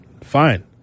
fine